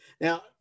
now